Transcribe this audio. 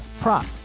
prop